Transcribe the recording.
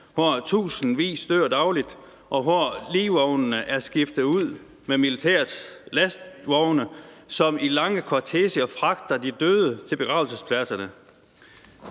hvor tusindvis dør dagligt, og hvor ligvognene er skiftet ud med militærets lastvogne, som i lange korteger fragter de døde til begravelsespladserne.